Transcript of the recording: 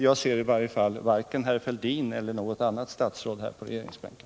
Jag kan i varje fall inte se vare sig herr Fälldin eller något annat statsråd på regeringsbänken.